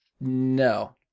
No